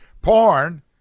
Porn